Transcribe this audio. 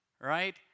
right